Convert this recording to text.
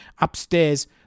Upstairs